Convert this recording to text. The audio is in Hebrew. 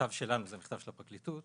מכתב שלנו, זה מכתב של הפרקליטות.